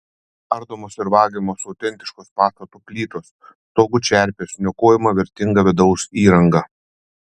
ardomos ir vagiamos autentiškos pastato plytos stogų čerpės niokojama vertinga vidaus įranga